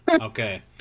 Okay